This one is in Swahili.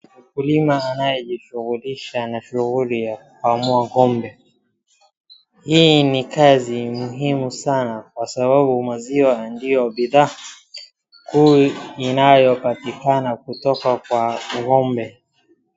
Mkulima anayejishughulisha na shughuli ya kukamua ng'ombe, hii ni kazi muhimu sana kwa sababu maziwa ndio bidhaa kuu inayopatikana kutoka kwa ng'ombe.